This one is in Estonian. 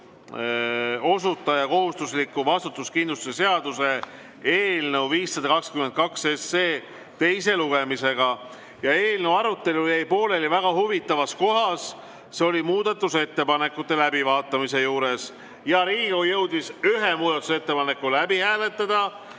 osutaja kohustusliku vastutuskindlustuse seaduse eelnõu 522 teist lugemist. Eelnõu arutelu jäi pooleli väga huvitavas kohas – muudatusettepanekute läbivaatamise juures. Riigikogu jõudis ühe muudatusettepaneku läbi hääletada,